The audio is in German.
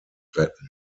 retten